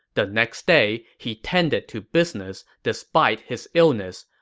the next day, he tended to business despite his illness,